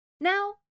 Now